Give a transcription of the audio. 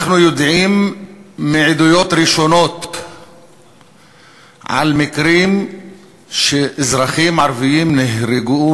אנחנו יודעים מעדויות ראשונות על מקרים שאזרחים ערבים נהרגו,